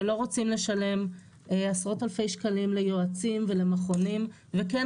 שלא רוצים לשלם עשרות אלפי שקלים ליועצים ולמכונים וכן